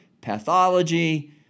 pathology